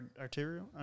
Arterial